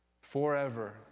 forever